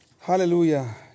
Hallelujah